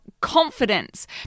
confidence